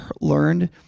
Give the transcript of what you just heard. learned